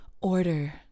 order